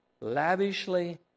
lavishly